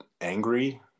angry